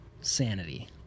sanity